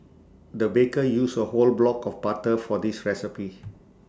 the baker used A whole block of butter for this recipe